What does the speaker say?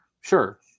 sure